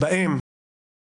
בהחלטות בהן